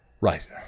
Right